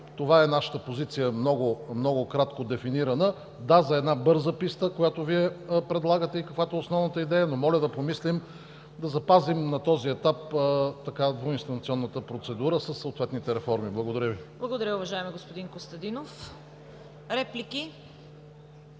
Това е нашата позиция много кратко дефинирана. Да, за една бърза писта, която Вие предлагате и каквато е основната идея, но моля да помислим да запазим на този етап двуинстанционната процедура със съответните реформи. Благодаря Ви. ПРЕДСЕДАТЕЛ ЦВЕТА КАРАЯНЧЕВА: Благодаря, уважаеми господин Костадинов. Реплики?